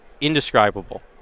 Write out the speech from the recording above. indescribable